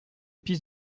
piste